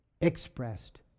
expressed